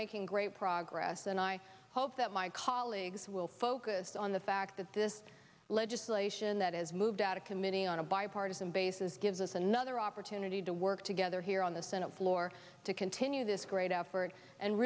making great progress and i hope that my colleagues will focus on the fact that this legislation that is moved out of committee on a bipartisan basis gives us another opportunity to work together here on the senate floor to continue this great effort and